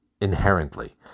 inherently